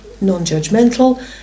non-judgmental